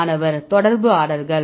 மாணவர் தொடர்பு ஆர்டர்கள்